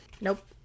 Nope